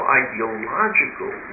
ideological